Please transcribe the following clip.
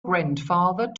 grandfather